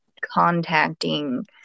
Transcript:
contacting